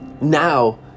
Now